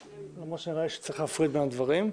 למרות שנראה לי שצריך להפריד בין הדברים.